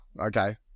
okay